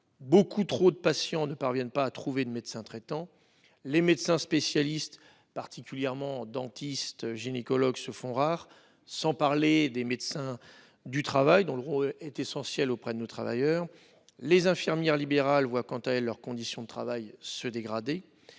Beaucoup trop de patients ne parviennent pas à trouver de médecin traitant. Les médecins spécialistes, dentistes et gynécologues particulièrement, se font rares, sans parler des médecins du travail dont le rôle est pourtant si essentiel pour nos travailleurs. Les infirmières libérales voient quant à elles leurs conditions de travail se dégrader.